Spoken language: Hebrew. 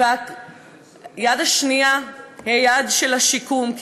והיד השנייה היא היד של השיקום,